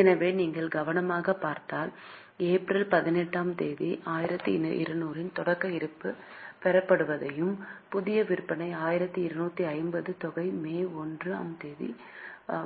எனவே நீங்கள் கவனமாகப் பார்த்தால் ஏப்ரல் 18 ஆம் தேதி 1200 இன் தொடக்க இருப்பு பெறப்படுவதையும் புதிய விற்பனை 1250 தொகை மே 1 ஆம் தேதி